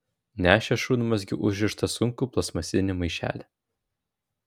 nešė šunmazgiu užrištą sunkų plastmasinį maišelį